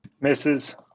Misses